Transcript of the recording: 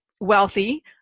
wealthy